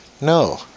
no